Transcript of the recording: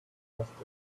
fantastic